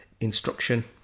instruction